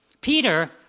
Peter